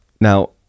Now